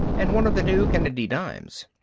and one of the new kennedy dimes.